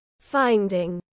Finding